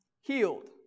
healed